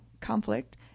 conflict